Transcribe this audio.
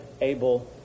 able